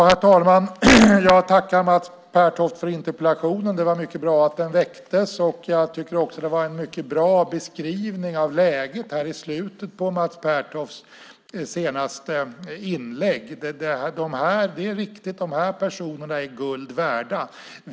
Herr talman! Jag tackar Mats Pertoft för interpellationen. Det var mycket bra att den väcktes. Jag tycker också att det var en mycket bra beskrivning av läget i slutet av Mats Pertofts senaste inlägg. De här personerna är guld värda - det är riktigt.